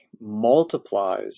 multiplies